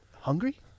Hungry